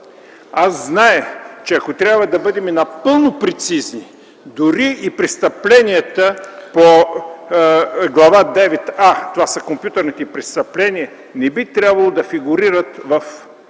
Аз зная, че ако трябва да бъдем напълно прецизни, дори и престъпленията по Глава девета А, това са компютърните престъпления, не би трябвало да фигурират в текста